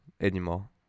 anymore